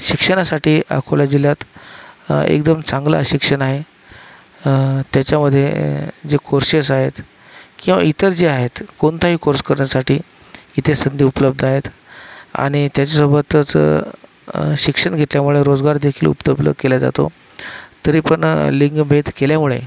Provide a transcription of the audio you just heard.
शिक्षणासाठी अकोला जिल्ह्यात एकदम चांगलं शिक्षण आहे त्याच्यामधे जे कोर्सेस आहेत किंवा इतर जे आहेत कोणताही कोर्स करण्यासाठी इथे संधी उपलब्ध आहेत आणि त्याचसोबतच शिक्षण घेतल्यामुळं रोजगार देखील उपलब्ध केला जातो तरी पण लिंगभेद केल्यामुळे